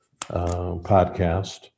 podcast